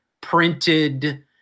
printed